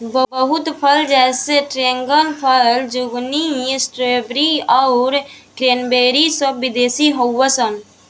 बहुत फल जैसे ड्रेगन फल, ज़ुकूनी, स्ट्रॉबेरी आउर क्रेन्बेरी सब विदेशी हाउअन सा